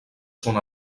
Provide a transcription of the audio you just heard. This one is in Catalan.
són